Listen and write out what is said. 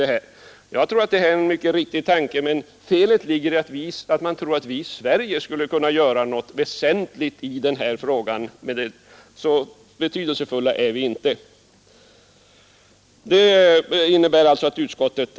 Tanken är riktig bitvis; felet är att man tror att vi i Sverige skulle kunna göra något väsentligt i denna fråga. Så betydelsefulla är vi inte.